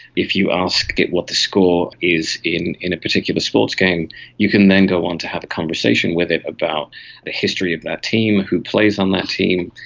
if you asked it what the score is in in a particular sports game you can then go on to have a conversation with it about the history of that team, who plays on that team.